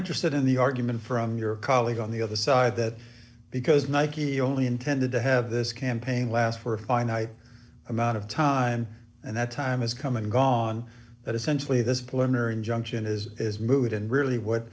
interested in the argument from your colleague on the other side that because nike only intended to have this campaign last for a finite amount of time and that time has come and gone that essentially this plan or injunction is is moot and really what